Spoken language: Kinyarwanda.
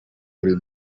buri